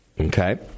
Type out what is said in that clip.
Okay